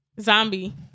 Zombie